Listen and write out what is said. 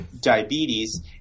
diabetes